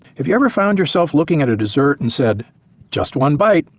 have you ever found yourself looking at a desert and said just one bite,